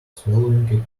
swallowing